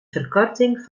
verkorting